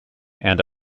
and